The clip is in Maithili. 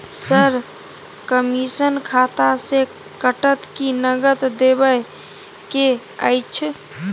सर, कमिसन खाता से कटत कि नगद देबै के अएछ?